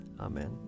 Amen